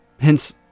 Hence